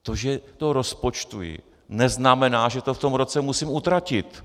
To, že to rozpočtuji, neznamená, že to v tom roce musím utratit.